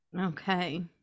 okay